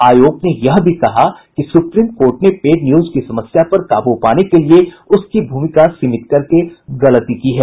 आयोग ने यह भी कहा कि सुप्रीम कोर्ट ने पेड न्यूज की समस्या पर काबू पाने के लिये उसकी भूमिका सीमित करके गलती की है